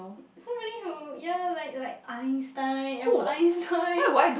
somebody who ya like like Einstein Albert-Einstein